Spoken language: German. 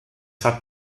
hat